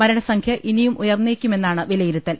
മരണസംഖ്യ ഇനിയും ഉയർന്നേക്കുമെന്നാണ് വിലയിരുത്തൽ